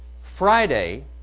Friday